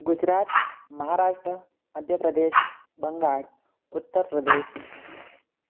Gujarat Maharashtra Madhya Pradesh Bengal Uttar Pradesh